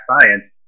science